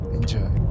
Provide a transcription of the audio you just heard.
Enjoy